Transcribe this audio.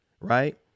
right